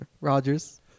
Rogers